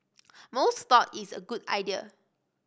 most thought it's a good idea